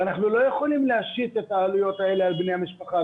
אנחנו לא יכולים להשית את העלויות האלה על בני המשפחה,